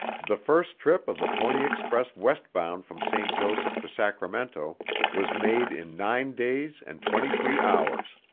the first trip of the pony express westbound from st. joseph to sacramento was made in nine days and twenty-three hours.